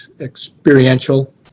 experiential